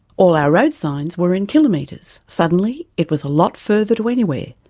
all our road signs were in kilometres. suddenly it was a lot further to anywhere.